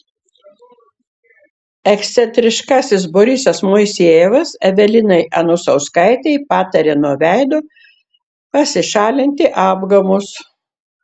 ekscentriškasis borisas moisejevas evelinai anusauskaitei patarė nuo veido pasišalinti apgamus